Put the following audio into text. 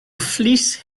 fleece